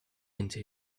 into